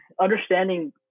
understanding